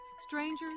strangers